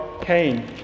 Cain